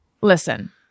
listen